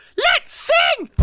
let's sing.